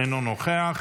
אינו נוכח.